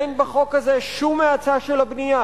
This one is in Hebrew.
אין בחוק הזה שום האצה של הבנייה,